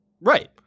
Right